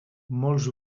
molts